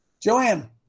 Joanne